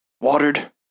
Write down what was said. watered